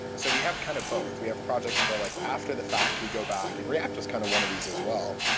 so we have kind of both. we have projects that are like after the fact, we go back. and react react was kind of one of these as well.